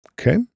Okay